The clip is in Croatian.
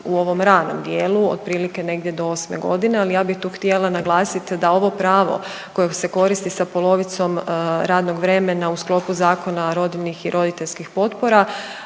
u ovom ranom dijelu otprilike negdje do 8 godine, ali ja bih tu htjela naglasiti da ovo pravo koje se koristi sa polovicom radnog vremena u sklopu zakona rodiljnih i roditeljskih potpora